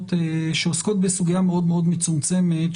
שעוסקות בסוגיה מאוד מאוד מצומצמת,